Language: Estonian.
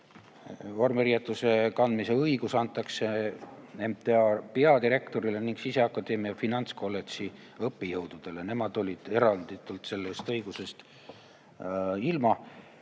Vormiriietuse kandmise õigus antakse MTA peadirektorile ning Sisekaitseakadeemia finantskolledži õppejõududele. Nemad olid eranditult sellest õigusest ilma.